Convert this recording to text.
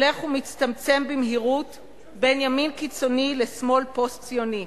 הולך ומצטמצם במהירות בין ימין קיצוני לשמאל פוסט-ציוני.